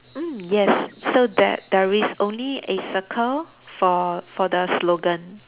mm yes so there there is only a circle for for the slogan